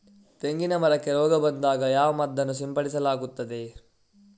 ತೆಂಗಿನ ಮರಕ್ಕೆ ರೋಗ ಬಂದಾಗ ಯಾವ ಮದ್ದನ್ನು ಸಿಂಪಡಿಸಲಾಗುತ್ತದೆ?